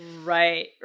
Right